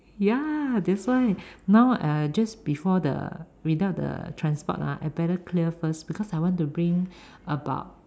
ya that's why now uh just before the without the transport lah I better clear first because I want to bring about